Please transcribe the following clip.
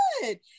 good